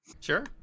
Sure